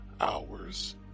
hours